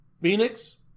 Phoenix